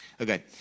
Okay